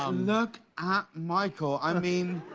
um lookt ah michael. i mean,